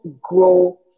grow